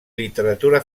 literatura